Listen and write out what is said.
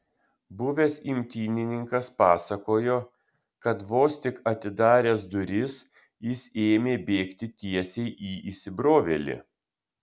buvęs imtynininkas pasakojo kad vos tik atidaręs duris jis ėmė bėgti tiesiai į įsibrovėlį